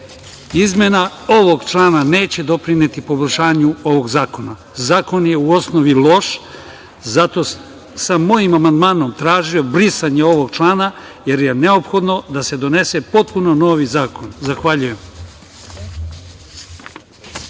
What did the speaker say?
ovog člana neće doprineti poboljšanju ovog zakona. Zakon je u osnovi loš, zato sam mojim amandmanom tražio brisanje ovog člana, jer je neophodno da se donese potpuno novi zakon. Zahvaljujem.